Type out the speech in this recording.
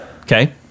Okay